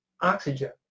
oxygen